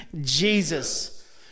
Jesus